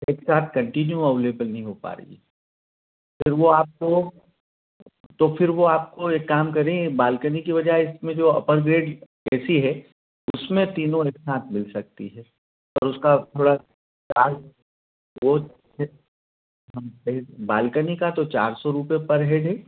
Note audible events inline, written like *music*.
एक साथ continue available नहीं हो पा रही है फिर वह आपको तो फिर वह आपको एक काम करें बालकनी के वजाय इसमें जो अपर ग्रेड ए सी है उसमें तीनों एक साथ मिल सकती हैं पर उसका थोड़ा चार्ज वह *unintelligible* हम से बालकनी का तो चार सौ रुपये पर हेड है